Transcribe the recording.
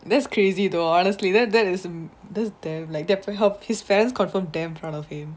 that's crazy though honestly that that is the the like that his parents confirm damn proud of him